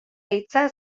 hitza